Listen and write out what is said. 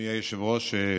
אדוני היושב-ראש,